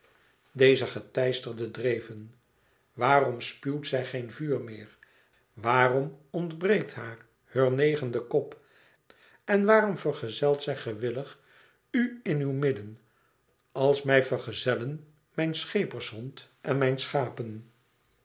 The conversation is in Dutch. dezer geteisterde dreven waarom spuwt zij geen vuur meer waarom ontbreekt haar heur negende kop en waarom vergezelt zij gewillig u in uw midden als mij vergezellen mijn schepershond en mijn schapen